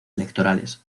electorales